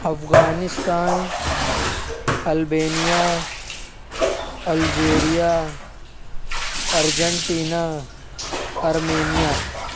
Afghanistan Albania Algeria Argentina Armenia